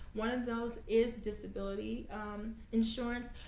one of those is disability insurance.